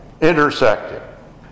intersecting